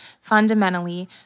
fundamentally